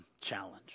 challenge